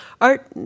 art